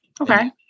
okay